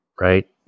right